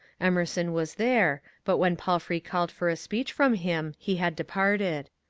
emerson was there, but when palfrey called for a speech from him he had departed.